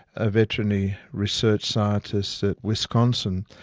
a veterinary research scientist at wisconsin,